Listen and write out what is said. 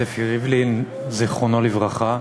ספי ריבלין, זכרו לברכה,